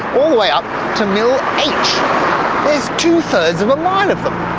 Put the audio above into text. all the way up to mill h! there's two-thirds of a mile of them!